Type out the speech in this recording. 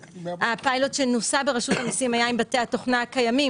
הפיילוט שנוסה ברשות המיסים היה עם בתי התוכנה הקיימים.